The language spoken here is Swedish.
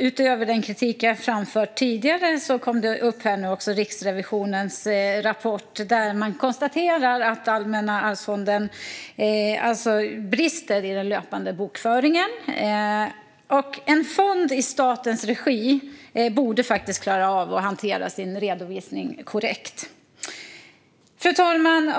Utöver den kritik jag framfört tidigare kom nu också Riksrevisionens rapport upp. Där konstaterar man att Allmänna arvsfonden brister i den löpande bokföringen. En fond i statens regi borde faktiskt klara av att hantera sin redovisning korrekt. Fru talman!